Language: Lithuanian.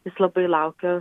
jis labai laukė